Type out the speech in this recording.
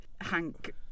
Hank